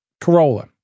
corolla